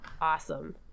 awesome